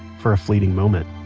for a fleeting moment